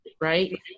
right